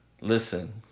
listen